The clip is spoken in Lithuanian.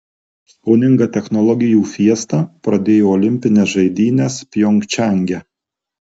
skoninga technologijų fiesta pradėjo olimpines žaidynes pjongčange